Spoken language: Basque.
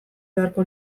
beharko